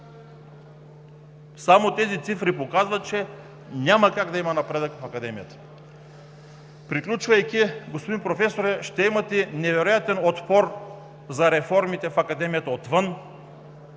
Само тези цифри показват, че няма как да има напредък в Академията. Приключвайки, господин професоре, ще имате невероятен отпор за реформите в Академията отвън,